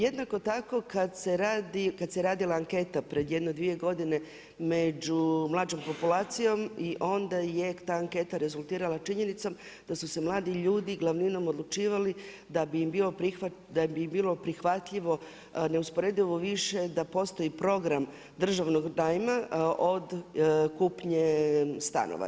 Jednako tako kada se radila anketa pred jedno 2 godine među mlađom populacijom i onda je ta anketa rezultirala činjenicom da su se mladi ljudi glavninom odlučivali da bi im bilo prihvatljivo, neusporedivo više da postoji program državnog najma od kupnje stanova.